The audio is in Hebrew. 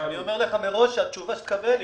אני אומר לך מראש שהתשובה שתקבל --- ניר,